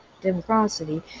democracy